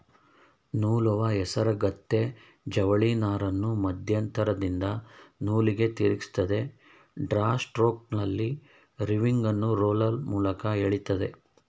ನೂಲುವ ಹೇಸರಗತ್ತೆ ಜವಳಿನಾರನ್ನು ಮಧ್ಯಂತರದಿಂದ ನೂಲಿಗೆ ತಿರುಗಿಸ್ತದೆ ಡ್ರಾ ಸ್ಟ್ರೋಕ್ನಲ್ಲಿ ರೋವಿಂಗನ್ನು ರೋಲರ್ ಮೂಲಕ ಎಳಿತದೆ